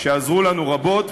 שעזרו לנו רבות,